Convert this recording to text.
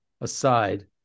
aside